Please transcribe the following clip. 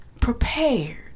prepared